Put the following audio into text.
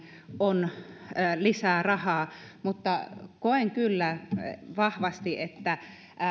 on lisää rahaa mutta koen kyllä vahvasti että